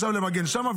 למגן שם עכשיו,